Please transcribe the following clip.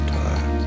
time